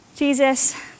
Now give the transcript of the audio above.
Jesus